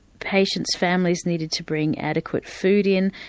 patients' families needed to bring adequate food in,